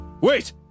Wait